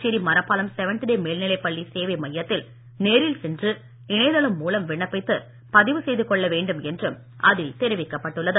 Puducherry Marappalam seventh day மேல்நிலைப் பள்ளி சேவை மையத்தில் நேரில் சென்று இணையதளம் மூலம் விண்ணப்பித்து பதிவு செய்து கொள்ள வேண்டும் என்றும் அதில் தெரிவிக்கப்பட்டுள்ளது